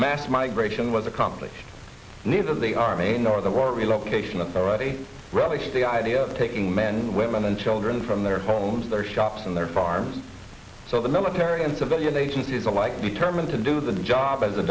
mass migration was accomplished neither the our main or the war relocation authority relish the idea of taking men women and children from their homes their shops and their farms so the military and civilian agencies alike determined to do the job as a